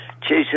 Jesus